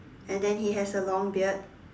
and then he has a long beard